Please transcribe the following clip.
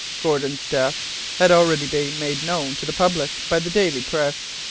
gordon's death had already been made known to the public by the daily press.